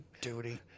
Duty